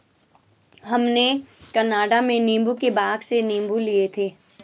हमने कनाडा में नींबू के बाग से नींबू लिए थे